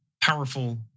powerful